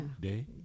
Day